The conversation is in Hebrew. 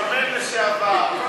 שמן לשעבר.